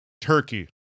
Turkey